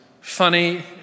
funny